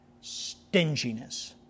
Stinginess